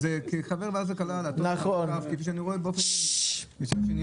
כחבר ועדת הכלכלה ואני רואה שדנים באופן ענייני,